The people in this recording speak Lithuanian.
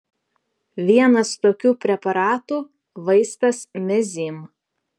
vienas tokių preparatų vaistas mezym